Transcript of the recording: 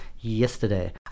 yesterday